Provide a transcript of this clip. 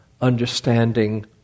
Understanding